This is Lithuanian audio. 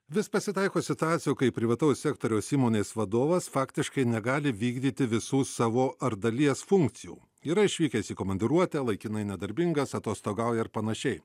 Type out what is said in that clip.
vis pasitaiko situacijų kai privataus sektoriaus įmonės vadovas faktiškai negali vykdyti visų savo ar dalies funkcijų yra išvykęs į komandiruotę laikinai nedarbingas atostogauja ar panašiai